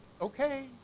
okay